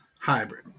hybrid